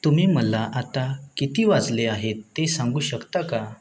तुम्ही मला आता किती वाजले आहेत ते सांगू शकता का